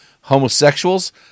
homosexuals